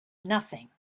nothing